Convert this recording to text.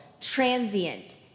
transient